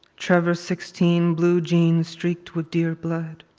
trevor sixteen blue jeans streaked with deer blood.